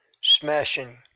smashing